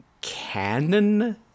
canon